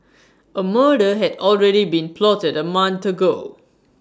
A murder had already been plotted A month ago